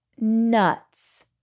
Nuts